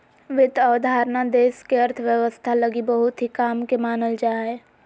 वित्त अवधारणा देश के अर्थव्यवस्था लगी बहुत ही काम के मानल जा हय